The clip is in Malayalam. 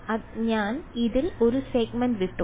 ഞാൻ ഇതിൽ ഒരു സെഗ്മെന്റ് വിട്ടു